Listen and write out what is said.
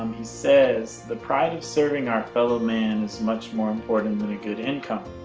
he says the pride of serving our fellow man is much more important than a good income.